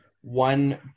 one